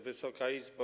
Wysoka Izbo!